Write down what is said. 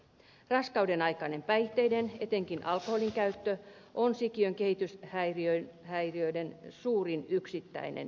raskaudenaikainen päihteiden etenkin alkoholin käyttö on sikiön kehityshäiriöiden suurin yksittäinen syy